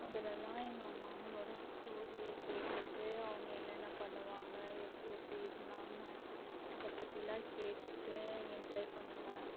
அதுல எல்லாம் எங்கள் அம்மாங்களோட ஸ்டோரீயை கேட்டுவிட்டு அவங்க என்னென்ன பண்ணுவாங்க எப்படி எப்படி இருந்தாங்க அதைப் பற்றிலாம் கேட்டு என்ஜாய் பண்ணுவேன்